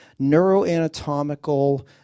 neuroanatomical